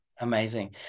Amazing